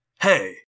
Hey